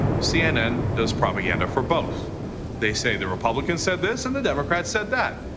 cnn does propaganda for both they say, the republicans said this and the democrats said that.